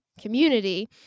community